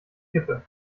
kippe